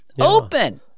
open